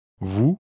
Vous